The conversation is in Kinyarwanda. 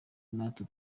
natwe